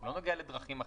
לא נוגע לדרכים אחרות.